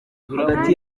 hagati